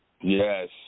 Yes